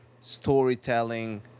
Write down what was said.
storytelling